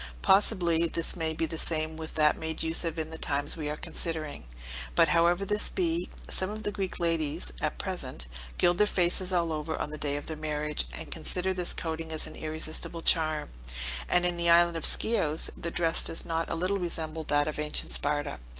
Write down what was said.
possibly this may be the same with that made use of in the times we are considering but however this be, some of the greek ladies at present gild their faces all over on the day of their marriage, and consider this coating as an irresistible charm and in the island of scios, their dress does not a little resemble that of ancient sparta,